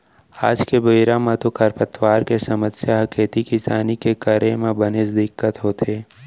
आज के बेरा म तो खरपतवार के समस्या ह खेती किसानी के करे म बनेच दिक्कत होथे